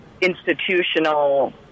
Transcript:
institutional